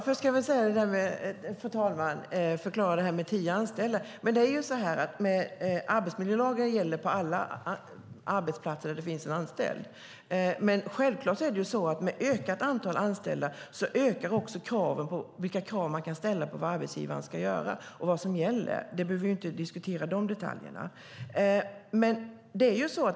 Fru talman! Arbetsmiljölagen gäller på alla arbetsplatser där det finns anställda, men med ett ökat antal anställda ökar självklart också de krav man kan ställa på vad arbetsgivaren ska göra och vad som gäller. Vi behöver inte diskutera de detaljerna.